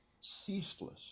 ceaseless